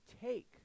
take